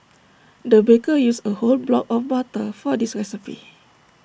the baker used A whole block of butter for this recipe